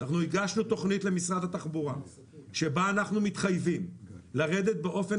אנחנו הגשנו תוכנית למשרד התחבורה שבה אנחנו מתחייבים לרדת באופן